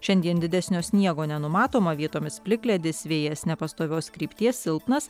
šiandien didesnio sniego nenumatoma vietomis plikledis vėjas nepastovios krypties silpnas